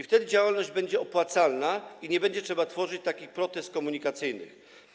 Wtedy działalność będzie opłacalna i nie będzie trzeba tworzyć takich protez komunikacyjnych.